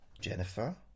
Jennifer